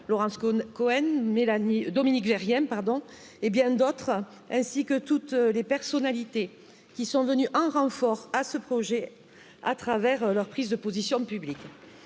Laurence Cohen, Mélanie Dominique, Veria Pardon et bien d'autres, ainsi que toutes les personnalités qui sont venues en renfort à ce v. leur prise de position publique.